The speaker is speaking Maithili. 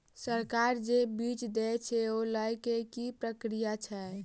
सरकार जे बीज देय छै ओ लय केँ की प्रक्रिया छै?